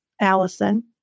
Allison